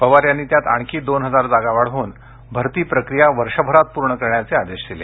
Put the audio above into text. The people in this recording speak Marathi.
पवार यांनी त्यात आणखी दोन हजार जागा वाढवून भरती प्रक्रिया वर्षभरात प्रर्ण करण्याचे आदेश दिले